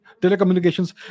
telecommunications